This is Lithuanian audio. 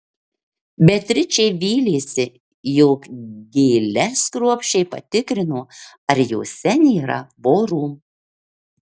beatričė vylėsi jog gėles kruopščiai patikrino ar jose nėra vorų